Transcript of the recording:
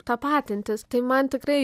tapatintis tai man tikrai